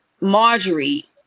Marjorie